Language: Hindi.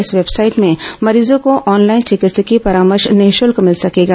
इस वेबसाइट में मरीजों को ऑनलाइन चिकित्सकीय परामर्श निःशुल्क मिल सकेगा